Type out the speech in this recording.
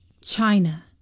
China